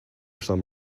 some